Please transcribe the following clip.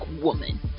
woman